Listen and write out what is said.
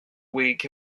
week